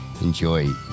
enjoy